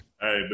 Hey